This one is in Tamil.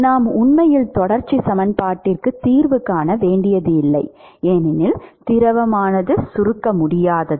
நாம் உண்மையில் தொடர்ச்சி சமன்பாட்டிற்கு தீர்வு காண வேண்டியதில்லை ஏனெனில் திரவமானது சுருக்க முடியாதது